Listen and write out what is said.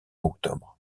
octobre